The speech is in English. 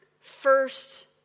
first